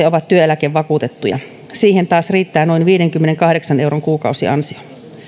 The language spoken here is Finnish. ovat olleet työeläkevakuutettuja siihen taas riittää noin viidenkymmenenkahdeksan euron kuukausiansio